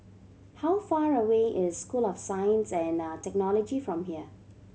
how far away is School of Science and Technology from here